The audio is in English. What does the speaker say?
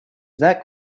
that